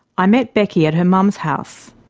i met becky at her mum's house.